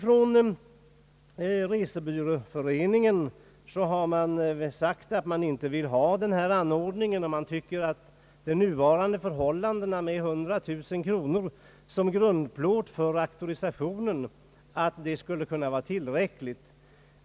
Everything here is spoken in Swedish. Från resebyråföreningen har man sagt att man inte vill ha denna anordning, och man tycker att nuvarande förhållande med 100000 kronor som grundplåt för auktorisationen borde vara tillräckligt.